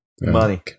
Money